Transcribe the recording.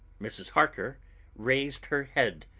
mrs. harker raised her head,